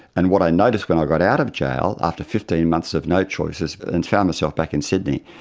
and what i noticed when i got out of jail after fifteen months of no choices, but and found myself back in sydney,